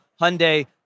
Hyundai